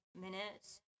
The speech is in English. minutes